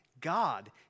God